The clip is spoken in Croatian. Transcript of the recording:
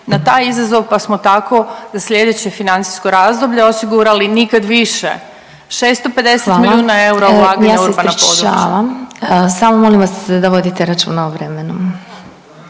na taj izazov pa smo tako za sljedeće financijsko razdoblje osigurali nikad više 650 milijuna eura ulaganja u urbana područja. **Glasovac, Sabina (SDP)** Hvala. Ja se ispričavam. Samo molim vas da vodite računa o vremenu.